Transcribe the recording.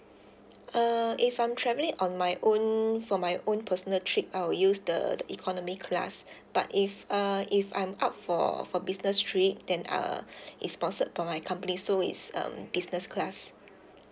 uh if I'm travelling on my own for my own personal trip I'll use the the economy class but if uh if I'm out for for business trip then uh it's sponsored from my company so it's um business class